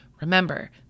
Remember